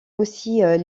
aussi